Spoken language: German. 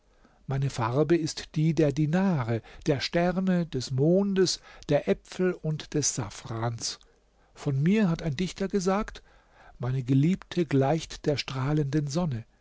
meine farbe ist die der dinare der sterne des mondes der äpfel und des safrans von mir hat ein dichter gesagt meine geliebte gleicht der strahlenden sonne